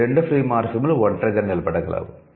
ఈ రెండు 'ఫ్రీ మార్ఫిమ్'లు ఒంటరిగా నిలబడగలవు